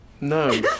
No